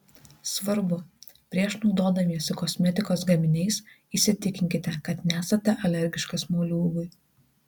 svarbu prieš naudodamiesi kosmetikos gaminiais įsitikinkite kad nesate alergiškas moliūgui